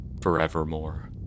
forevermore